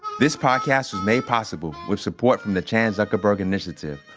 this podcast was made possible with support from the chan zuckerberg initiative,